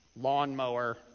lawnmower